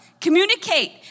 Communicate